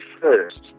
first